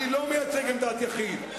אני לא מייצג עמדת יחיד.